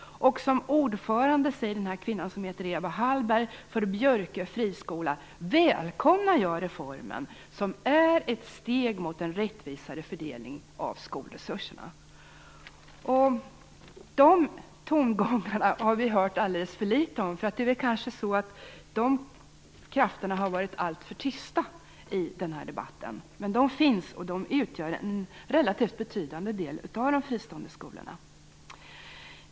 Ordföranden för Björkö friskola, Eva Hallberg, välkomnar reformen. Den är ett steg mot en rättvisare fördelning av skolresurserna. De tongångarna har vi hört alldeles för litet av. Det krafterna har varit alltför tysta i debatten, men de finns, och de utgör en relativt betydande del av de fristående skolorna.